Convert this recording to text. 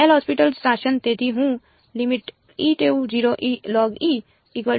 Lhopitals શાસન